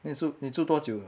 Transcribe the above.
then 你住你住多久了